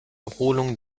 erholung